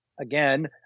again